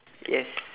yes